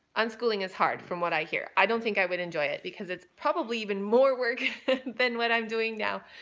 unschooling is hard from what i hear. i don't think i would enjoy it because it's probably even more work than what i'm doing now.